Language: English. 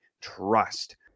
trust